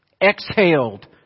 Exhaled